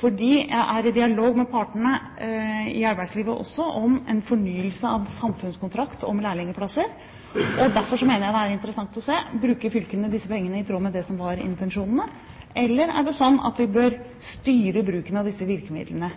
er i dialog med partene i arbeidslivet også om en fornyelse av en samfunnskontrakt om lærlingplasser. Derfor mener jeg dette er interessant: Bruker fylkene disse pengene i tråd med det som var intensjonene eller er det sånn at vi bør styre bruken av disse virkemidlene